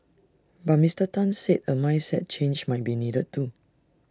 but Mister Tan said A mindset change might be needed too